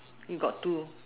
you got two